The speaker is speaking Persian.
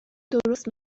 درست